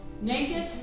Naked